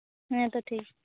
ᱦᱮᱸᱛᱚ ᱴᱷᱤᱠᱜᱮᱭᱟ